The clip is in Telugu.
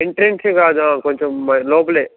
ఎంట్రన్స్ కాదు కొంచెం లోపలే